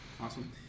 Awesome